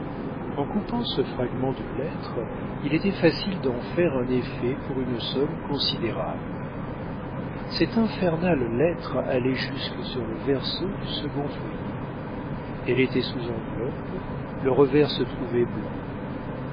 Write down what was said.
en coupant ce fragment de lettre il était facile d'en faire un effet pour une somme considérable cette infernale lettre allait jusque sur le verso du second feuillet elle était sous enveloppe le revers se trouvait blanc